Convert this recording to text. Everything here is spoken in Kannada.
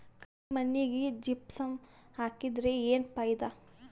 ಕರಿ ಮಣ್ಣಿಗೆ ಜಿಪ್ಸಮ್ ಹಾಕಿದರೆ ಏನ್ ಫಾಯಿದಾ?